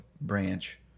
branch